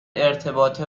ارتباط